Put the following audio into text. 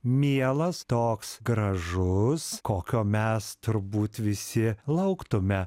mielas toks gražus kokio mes turbūt visi lauktume